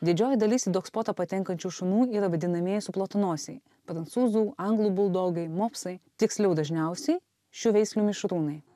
didžioji dalis į dogspotą patenkančių šunų yra vadinamieji suplotonosiai prancūzų anglų buldogai mopsai tiksliau dažniausiai šių veislių mišrūnai